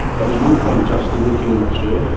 but there's no point just in looking at australia,